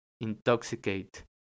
intoxicate